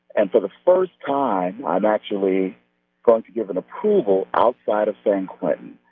and for the first time, i'm actually going to give an approval outside of san quentin.